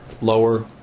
lower